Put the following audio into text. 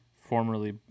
Formerly